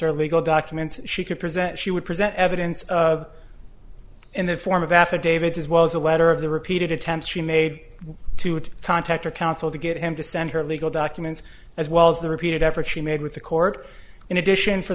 her legal documents she could present she would present evidence in the form of affidavits as well as a letter of the repeated attempts she made to would contact her counsel to get him to send her legal documents as well as the repeated effort she made with the court in addition for